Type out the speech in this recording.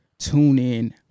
TuneIn